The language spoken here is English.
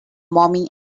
mommy